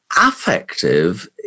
Affective